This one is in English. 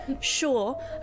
Sure